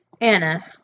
Anna